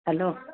hello